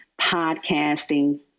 podcasting